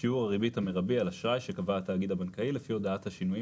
שיעור הריבית המרבי על אשראי שקבע התאגיד הבנקאי לפי הודעת השינויים